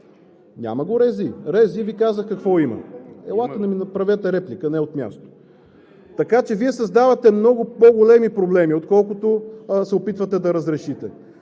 Няма го РЗИ. РЗИ Ви казах какво има. Елате и ми направете реплика – не от място. Така че Вие създавате много по-големи проблеми, отколкото се опитвате да разрешите.